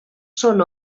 són